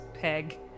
peg